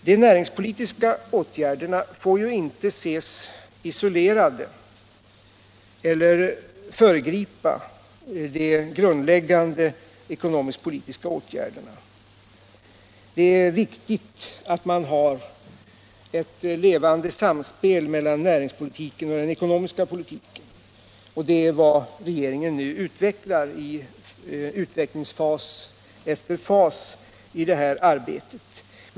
De näringspolitiska åtgärderna får inte ses isolerade eller föregripa de grundläggande ekonomisk-politiska åtgärderna. Det är viktigt att man har ett levande samspel mellan näringspolitiken och den ekonomiska politiken, och det är vad regeringen nu utvecklar i fas efter fas i det här arbetet.